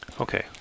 Okay